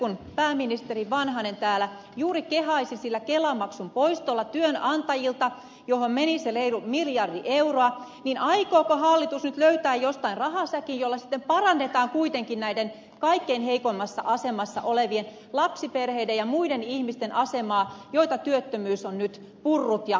kun pääministeri vanhanen täällä juuri kehaisi sillä kelamaksun poistolla työnantajilta johon meni se reilu miljardi euroa niin aikooko hallitus nyt löytää jostain rahasäkin jolla sitten parannetaan kuitenkin näiden kaikkein heikoimmassa asemassa olevien lapsiperheiden ja muiden ihmisten asemaa joita työttömyys on nyt purrut ja satuttanut